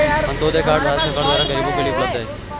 Antyodaya card Bharat सरकार द्वारा गरीबो के लिए उपलब्ध है